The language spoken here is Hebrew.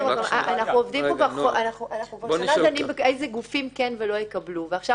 אנחנו כבר שנה דנים על איזה גופים כן יקבלו ואיזה גופים לא.